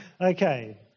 Okay